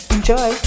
Enjoy